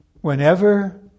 Whenever